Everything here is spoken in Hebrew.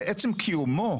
ועצם קיומו,